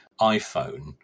iPhone